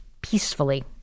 peacefully